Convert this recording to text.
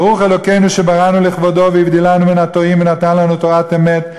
ברוך אלוקינו שבראנו לכבודו והבדילנו מן התועים ונתן לנו תורת אמת.